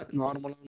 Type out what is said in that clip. normal